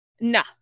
nah